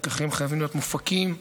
לקחים חייבים להיות מופקים.